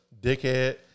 dickhead